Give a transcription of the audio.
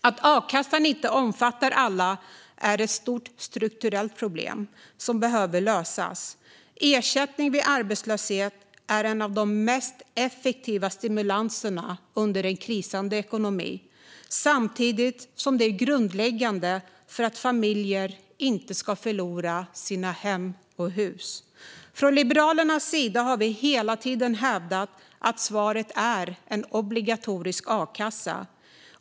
Att a-kassan inte omfattar alla är ett stort strukturellt problem som behöver lösas. Ersättning vid arbetslöshet är en av de mest effektiva stimulanserna vid en krisande ekonomi samtidigt som det är grundläggande för att familjer inte ska förlora sina hus och hem. Från Liberalernas sida har vi hela tiden hävdat att svaret är en obligatorisk a-kassa.